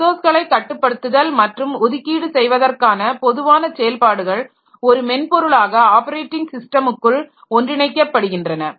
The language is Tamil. ரிசோர்ஸ்களை கட்டுப்படுத்துதல் மற்றும் ஒதுக்கீடு செய்வதற்கான பொதுவான செயல்பாடுகள் ஒரு மென்பொருளாக ஆப்பரேட்டிங் ஸிஸ்டமுக்குள் ஒன்றிணைக்கப்படுகின்றன